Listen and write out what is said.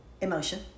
emotion